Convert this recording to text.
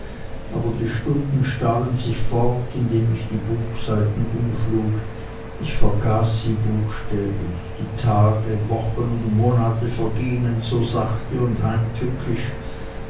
aber die stunden stahlen sich fort indem ich die buchseiten umschlug ich vergaß sie buchstäblich die tage wochen und monate vergingen so sachte und heimtückisch